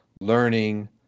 learning